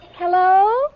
Hello